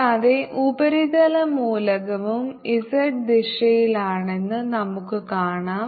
കൂടാതെ ഉപരിതല മൂലകവും z ദിശയിലാണെന്ന് നമുക്ക് കാണാം